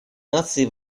наций